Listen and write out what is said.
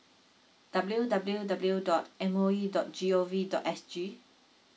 W W W dot M O E dot G O V dot S G